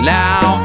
now